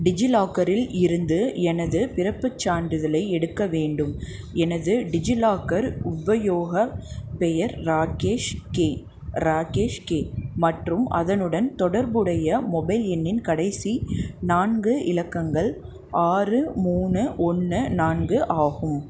டிஜிலாக்கரில் இருந்து எனது பிறப்புச் சான்றிதழை எடுக்க வேண்டும் எனது டிஜிலாக்கர் உபயோகப் பெயர் ராக்கேஷ் கே ராக்கேஷ் கே மற்றும் அதனுடன் தொடர்புடைய மொபைல் எண்ணின் கடைசி நான்கு இலக்கங்கள் ஆறு மூணு ஒன்று நான்கு ஆகும்